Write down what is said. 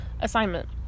assignment